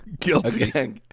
Guilty